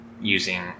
using